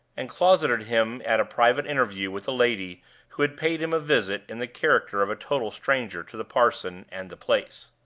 and closeted him at a private interview with a lady who had paid him a visit in the character of a total stranger to the parson and the place.